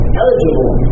eligible